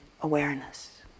awareness